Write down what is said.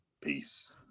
Peace